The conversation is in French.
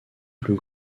plus